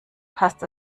passt